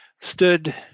stood